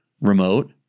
remote